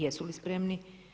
Jesu li spremni?